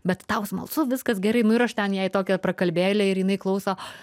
bet tau smalsu viskas gerai nu ir aš ten jai tokią prakalbėlę ir jinai klauso